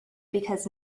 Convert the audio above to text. because